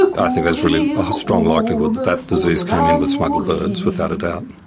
i think there's really a strong likelihood that that disease came in with smuggled birds, without a doubt.